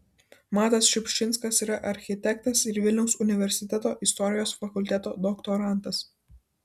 matas šiupšinskas yra architektas ir vilniaus universiteto istorijos fakulteto doktorantas